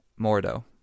Mordo